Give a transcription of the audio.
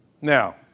Now